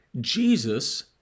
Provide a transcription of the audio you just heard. Jesus